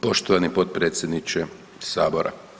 Poštovani potpredsjedniče Sabora.